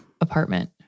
apartment